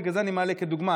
ובגלל זה אני מעלה זאת כדוגמה,